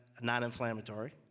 non-inflammatory